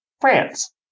France